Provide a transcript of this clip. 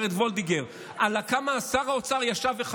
הגב' וולדיגר,